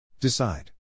Decide